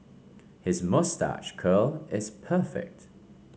his moustache curl is perfect